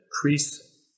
crease